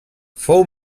fou